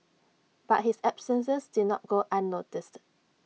but his absences did not go unnoticed